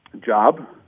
job